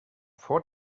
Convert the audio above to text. vor